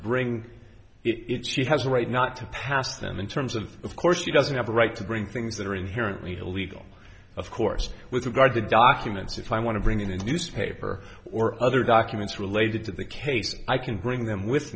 bring it she has a right not to pass them in terms of of course she doesn't have a right to bring things that are inherently illegal of course with regard to documents if i want to bring in a newspaper or other documents related to the case i can bring them with